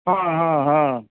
हँ हँ हँ